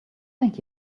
thank